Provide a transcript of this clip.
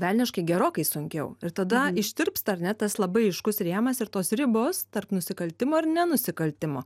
velniškai gerokai sunkiau ir tada ištirpsta ar ne tas labai aiškus rėmas ir tos ribos tarp nusikaltimo ir ne nusikaltimo